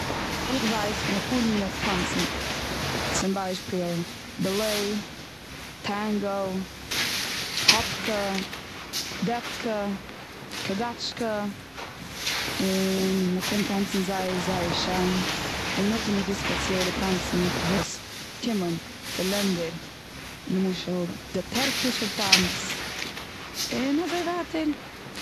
איך ווייס פון אפאר מינע טאנצן. צום ביישפיל: בעלעט, טענגאו, האבקע, דעבקא, קאדאטשקע, און מ'קען טאנצן זייער, זייער, שיין. און נאך דעם איז דא ספעציעלע טאנצן וואס קומען פון לענדער, למשל די טערקישע טאנץ. און אזוי ווייטער.